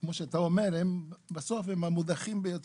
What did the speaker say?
וכמו שאתה אומר, בסוף הם המודחים ביותר,